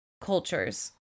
cultures